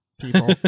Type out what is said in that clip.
people